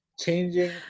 changing